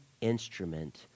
instrument